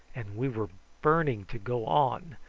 and we were burning to go on,